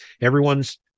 Everyone's